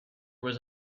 was